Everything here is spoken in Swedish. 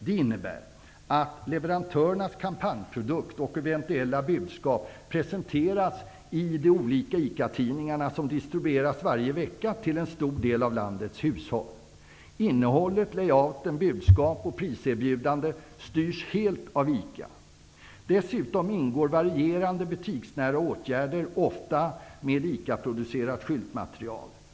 Det innebär att leverantörernas kampanjprodukt och eventuella budskap presenteras i de olika ICA-tidningarna som distribueras varje vecka till en stor del av landets hushåll. Innehåll, layout, budskap och priserbjudande styrs helt av ICA. Dessutom ingår varierande butiksnära åtgärder, ofta med ICA producerat skyltmaterial.